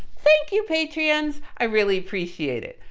thank you patreons. i really appreciate it.